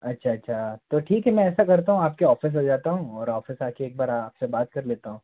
अच्छा अच्छा तो ठीक है मैं ऐसा करता हूँ आपके औफिस आ जाता हूँ और औफिस आ कर एक बार आप से बात कर लेता हूँ